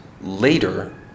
later